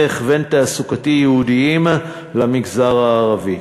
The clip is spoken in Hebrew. הכוון תעסוקתי ייעודיים למגזר הערבי,